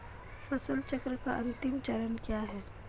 फसल चक्र का अंतिम चरण क्या है?